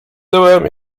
tyłem